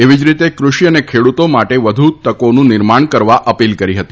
એવી જ રીતે કૃષિ અને ખેડુતો માટે વધુ તકીનું નિર્માણ કરવા અપીલ કરી હતી